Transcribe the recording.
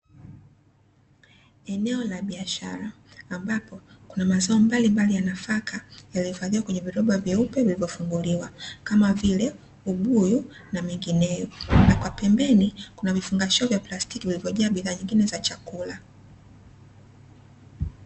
Eneo la biashara ambapo kuna mazao mbalimbali ya nafaka yaliyo hifadhiwa kwenye viroba veupe vilivyofunguliwa kama vile; ubuyu na na mengineyo, na kwa pembeni kuna vifungashio vya plastiki vilivyojaa bidha nyingine za chakula.